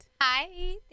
Hi